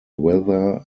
weather